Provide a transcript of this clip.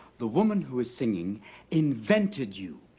the woman who is singing invented you.